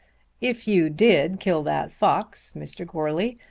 if you did kill that fox, mr. goarly,